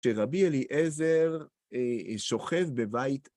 כשרבי אליעזר שוכב בבית